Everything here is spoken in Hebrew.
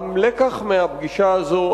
הלקח מהפגישה הזאת,